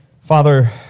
Father